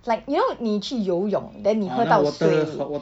like you know 你去游泳 then 你喝到水